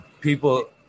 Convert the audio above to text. people